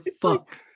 fuck